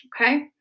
okay